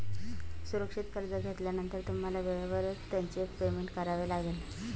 सुरक्षित कर्ज घेतल्यानंतर तुम्हाला वेळेवरच त्याचे पेमेंट करावे लागेल